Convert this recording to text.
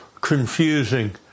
confusing